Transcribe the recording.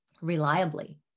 reliably